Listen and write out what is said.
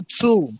two